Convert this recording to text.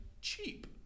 cheap